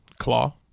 Claw